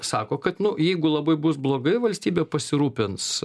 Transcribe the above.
sako kad nu jeigu labai bus blogai valstybė pasirūpins